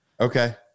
Okay